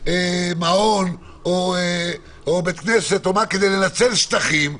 מעונות או בתי כנסת כדי לנצל שוחים,